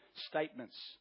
Statements